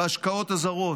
בהשקעות הזרות,